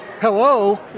Hello